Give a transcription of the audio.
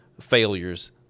failures